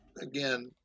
again